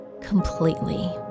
completely